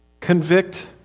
convict